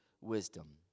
wisdom